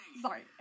Sorry